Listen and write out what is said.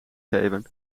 geven